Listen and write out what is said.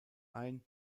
ein